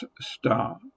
star